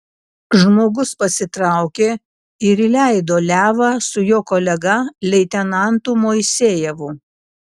žmogus pasitraukė ir įleido levą su jo kolega leitenantu moisejevu